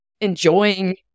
enjoying